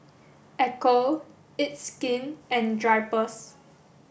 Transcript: Ecco it's Skin and Drypers